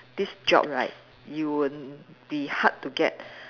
this job right you will be hard to get